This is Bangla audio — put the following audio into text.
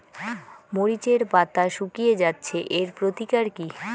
মরিচের পাতা শুকিয়ে যাচ্ছে এর প্রতিকার কি?